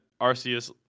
Arceus